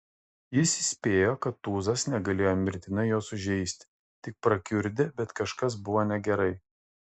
jis spėjo kad tūzas negalėjo mirtinai jo sužeisti tik prakiurdė bet kažkas buvo negerai